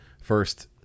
first